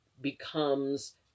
becomes